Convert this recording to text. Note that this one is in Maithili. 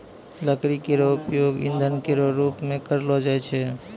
लकड़ी केरो उपयोग ईंधन केरो रूप मे करलो जाय छै